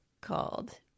called